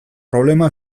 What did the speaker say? problema